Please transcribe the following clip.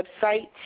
website